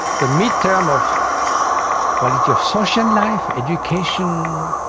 the mid-term of quality of social life, education,